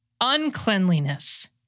uncleanliness